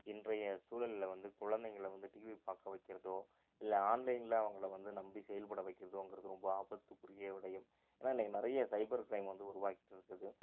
இன்றைய சூழல்ல வந்து குழந்தைங்கள வந்து டிவி பார்க்க வைக்கிறதோ இல்லை ஆன்லைனில் அவங்கள வந்து நம்பி செயல்பட வைக்கிறதோங்கிறது ரொம்ப ஆபத்துக்குரிய விஷயம் ஏன்னால் இன்றைக்கு நிறைய சைபர் க்ரைம் வந்து உருவாகிட்டிருக்குது